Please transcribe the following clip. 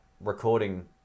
recording